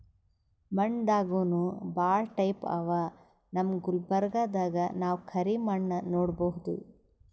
ಮಣ್ಣ್ ದಾಗನೂ ಭಾಳ್ ಟೈಪ್ ಅವಾ ನಮ್ ಗುಲ್ಬರ್ಗಾದಾಗ್ ನಾವ್ ಕರಿ ಮಣ್ಣ್ ನೋಡಬಹುದ್